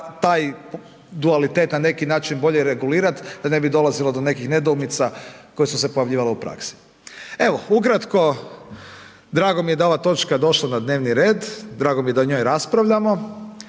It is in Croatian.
se taj dualitet na neki način bolje regulirati da ne bi dolazilo do nekih nedoumica koje su se pojavljivale u praksi. Evo, ukratko, drago mi je da je ova točka došla na dnevni red, drago mi je da o njoj raspravljamo.